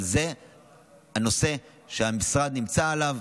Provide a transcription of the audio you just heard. זה הנושא שהמשרד נמצא עליו,